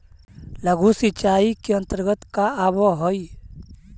लघु सिंचाई के अंतर्गत का आव हइ?